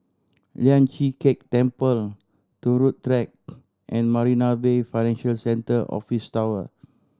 Lian Chee Kek Temple Turut Track and Marina Bay Financial Centre Office Tower